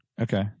Okay